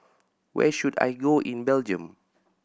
where should I go in Belgium